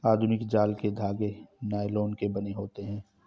आधुनिक जाल के धागे नायलोन के बने होते हैं